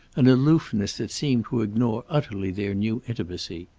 an aloofness that seemed to ignore utterly their new intimacy.